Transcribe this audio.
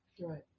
Right